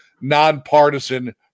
nonpartisan